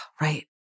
right